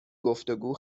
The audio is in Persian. گفتگو